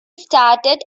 started